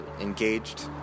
engaged